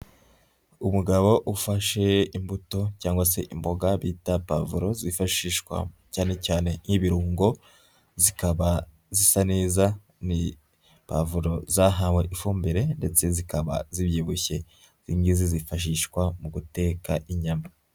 Umugabo ufashe imbuto cyangwa se imboga bita pavuro, zifashishwa cyane cyane nk'ibirungo zikaba zisa neza, ni pavuro zahawe ifumbire ndetse zikaba zibyibushye. Izi ngizi zifashishwa mu guteka inyama.